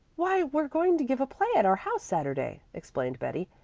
why, we're going to give a play at our house saturday, explained betty,